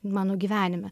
mano gyvenime